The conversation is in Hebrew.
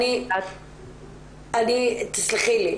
תסלחי לי,